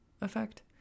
effect